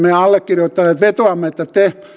me allekirjoittaneet vetoamme että te